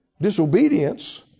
disobedience